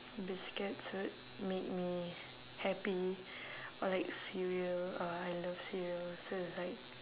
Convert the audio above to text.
biscuits would make me happy or like cereal oh I love cereal so it's like